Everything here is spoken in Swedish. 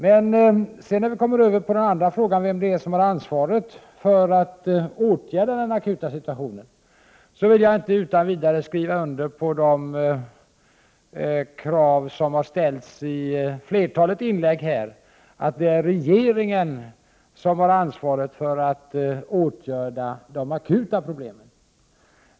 Men när vi sedan kommer över till den andra frågan, vem som har ansvaret för att åtgärda den akuta situationen, vill jag inte utan vidare skriva under på det som har sagts i flertalet inlägg, nämligen att det är regeringen som har detta ansvar.